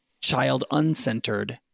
child-uncentered